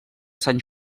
sant